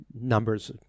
numbers